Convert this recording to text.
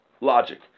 logic